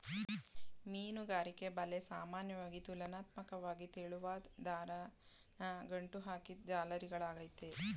ಮೀನುಗಾರಿಕೆ ಬಲೆ ಸಾಮಾನ್ಯವಾಗಿ ತುಲನಾತ್ಮಕ್ವಾಗಿ ತೆಳುವಾದ್ ದಾರನ ಗಂಟು ಹಾಕಿದ್ ಜಾಲರಿಗಳಾಗಯ್ತೆ